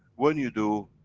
when you do,